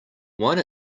one